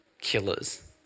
killers